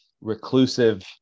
reclusive